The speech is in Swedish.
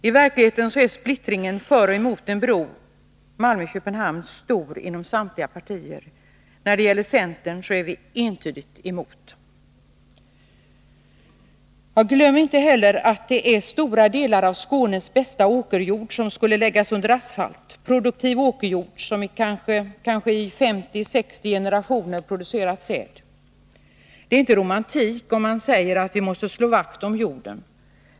I verkligheten är splittringen för och emot en bro Malmö-Köpenhamn stor inom samtliga partier. Inom centern är vi entydigt emot. Glöm inte heller att det är stora delar av Skånes bästa åkerjord som skulle läggas under asfalt — produktiv åkerjord, som i 50-60 generationer har producerat säd. Det är inte romantik, om man säger att vi måste slå vakt om jorden.